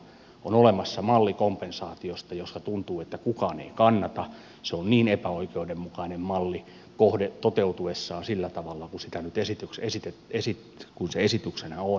on olemassa malli kompensaatiosta joka tuntuu sellaiselta että kukaan ei sitä kannata se on niin epäoikeudenmukainen malli toteutuessaan sillä tavalla kuin se nyt esityksenä on